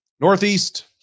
Northeast